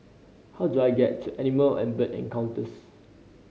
how do I get to Animal and Bird Encounters